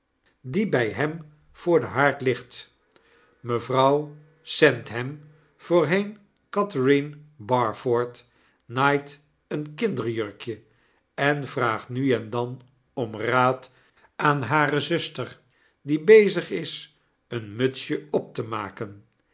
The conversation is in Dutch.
die bij hem voor den haard ligt mevrouw sandham voorheen catherine barford naait een kinderjurkje en vraagt nu en dan om raad aan hare zuster diebezig is een mutsje op te maken